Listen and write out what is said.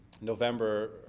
November